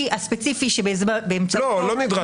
הספציפי שבאמצעותו --- זה לא נדרש,